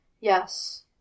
Yes